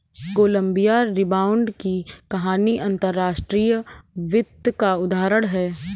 Colombia rebound की कहानी अंतर्राष्ट्रीय वित्त का उदाहरण है